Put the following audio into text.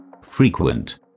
frequent